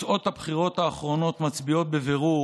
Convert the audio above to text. תוצאות הבחירות האחרונות מצביעות בבירור